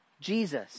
Jesus